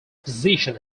position